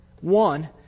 One